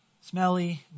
Smelly